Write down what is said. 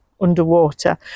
underwater